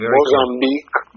Mozambique